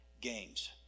Games